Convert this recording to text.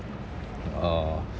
uh